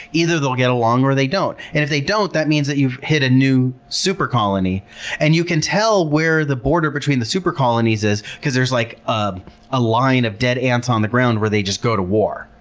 either they'll get along or they don't. and if they don't, that means that you've hit a new super colony and you can tell where the border between the super colonies is because there's like um a line of dead ants on the ground where they just go to war.